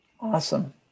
Awesome